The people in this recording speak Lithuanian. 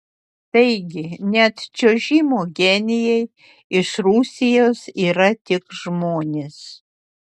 taigi net čiuožimo genijai iš rusijos yra tik žmonės